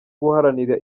guharanira